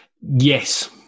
yes